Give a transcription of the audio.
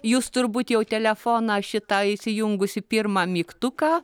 jūs turbūt jau telefoną šitą įsijungusi pirmą mygtuką